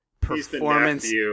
performance